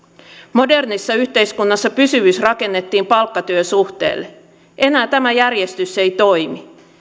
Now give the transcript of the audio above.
modernissa yhteiskunnassa pysyvyys rakennettiin palkkatyön suhteelle enää tämä järjestys ei toimi